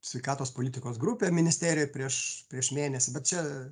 sveikatos politikos grupė ministerijoj prieš prieš mėnesį bet čia